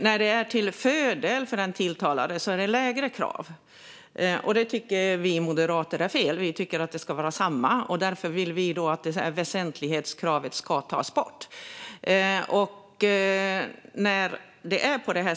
När det är till fördel för den tilltalade är det lägre krav. Det tycker vi moderater är fel. Vi tycker att det ska vara samma. Därför vill vi att väsentlighetskravet ska tas bort.